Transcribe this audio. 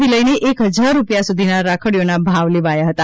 થી લઇને એક હજાર રૂપીયા સુધીના રાખડીઓના ભાવ લેવાયા હતા